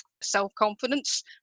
self-confidence